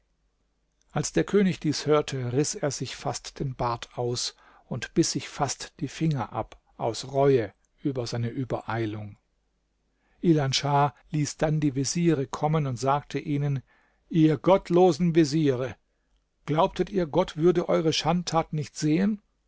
als der könig dies hörte riß er sich fast den bart aus und biß sich fast die finger ab aus reue über seine übereilung ilan schah ließ dann die veziere kommen und sagte ihnen ihr gottlosen veziere glaubtet ihr gott wurde eure schandtat nicht sehen